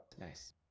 Nice